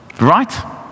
right